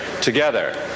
together